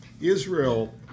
Israel